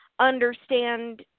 understand